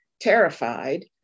terrified